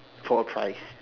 for a price